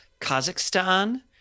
Kazakhstan